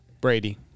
Brady